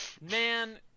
Man